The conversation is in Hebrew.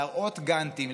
להראות גאנטים,